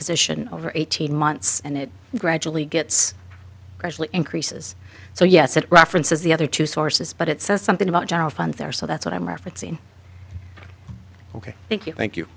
position over eighteen months and it gradually gets actually increases so yes it references the other two sources but it says something about general fund there so that's what i'm referencing ok thank you thank you